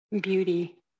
beauty